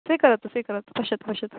स्वीकरोतु स्वीकरोतु पश्यतु पश्यतु